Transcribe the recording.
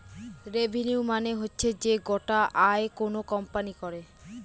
revenue মানে হচ্ছে যে গোটা আয় কোনো কোম্পানি করে